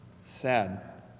Sad